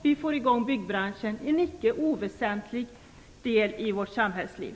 Vi får i gång byggbranschen - en icke oväsentlig del i vårt samhällsliv.